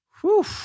Whew